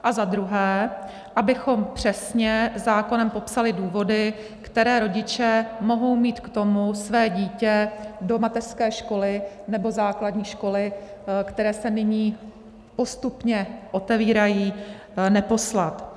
A za druhé, abychom přesně zákonem popsali důvody, které rodiče mohou mít k tomu své dítě do mateřské nebo základní školy, které se nyní postupně otevírají, neposlat.